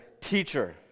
teacher